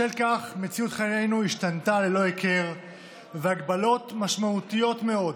בשל כך מציאות חיינו השתנתה ללא היכר והגבלות משמעותיות מאוד